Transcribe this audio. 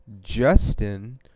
Justin